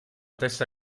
testa